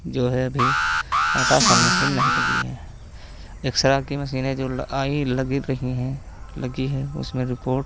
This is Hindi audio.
जो है अभी अल्ट्रासाउन्ड मशीन नहीं लगी है एक्सरे की मशीनें जो आई लग रही हैं लगी है उसमें रिपोर्ट